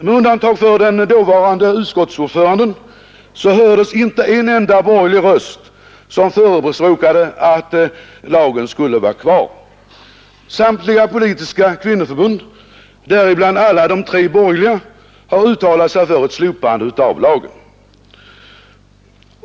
Med undantag för den dåvarande utskottsordföranden hördes inte en enda borgerlig röst som förespråkade att lagen skulle vara kvar. Samtliga politiska kvinnoförbund, däribland alla de tre borgerliga, har uttalat sig för ett slopande av lagen.